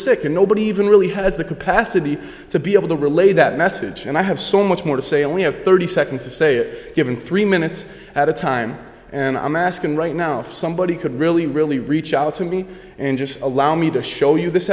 sick and nobody even really has the capacity to be able to relay that message and i have so much more to say and we have thirty seconds to say it given three minutes at a time and i'm asking right now if somebody could really really reach out to me and allow me to show you this